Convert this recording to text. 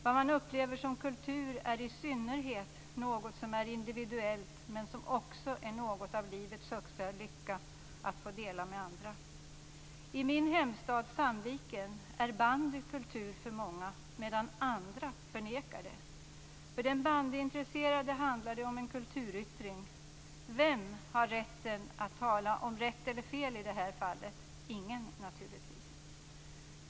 Vad man upplever som kultur är i synnerhet något som är individuellt, men som också är något av livets högsta lycka att få dela med andra. I min hemstad Sandviken är bandy kultur för många medan andra förnekar det. För den bandyintresserade handlar det om en kulturyttring. Vem kan tala om rätt eller fel i det här fallet? Ingen naturligtvis.